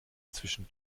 zwischen